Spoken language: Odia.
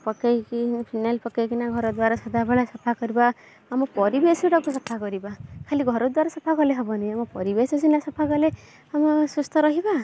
ପକାଇକି ଫିନାଇଲ୍ ପକାଇକିନା ଘର ଦ୍ୱାରା ସଦାବେଳେ ସଫା କରିବା ଆମ ପରିବେଶଟାକୁ ସଫା କରିବା ଖାଲି ଘର ଦ୍ୱାରା ସଫା କଲେ ହେବନି ଆମ ପରିବେଶ ସିନା ସଫା କଲେ ଆମେ ସୁସ୍ଥ ରହିବା